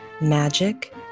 magic